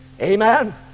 Amen